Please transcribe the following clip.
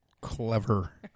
clever